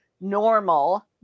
normal